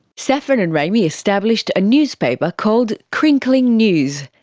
saffron and remi established a newspaper called crinkling news,